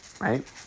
right